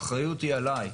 האחריות היא עליי.